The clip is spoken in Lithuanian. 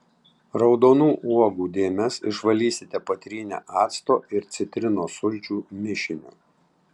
raudonų uogų dėmes išvalysite patrynę acto ir citrinos sulčių mišiniu